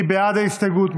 מי בעד ההסתייגות?